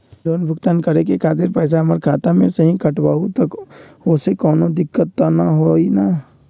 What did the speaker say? Loan भुगतान करे के खातिर पैसा हमर खाता में से ही काटबहु त ओसे कौनो दिक्कत त न होई न?